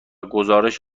گزارش